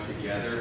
together